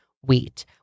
wheat